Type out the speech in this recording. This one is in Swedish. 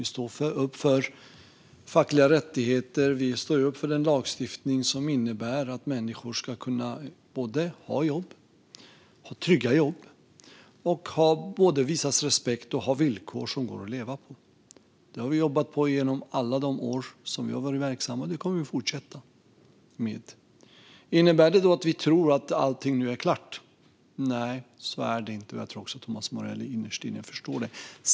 Vi står upp för fackliga rättigheter och den lagstiftning som innebär att människor ska kunna ha trygga jobb, visas respekt och ha villkor som går att leva på. Det har vi jobbat för under alla de år som vi har varit verksamma, och det kommer vi att fortsätta att göra. Innebär det att vi nu tror att allting är klart? Nej, så är det inte. Jag tror också att Thomas Morell innerst inne förstår det.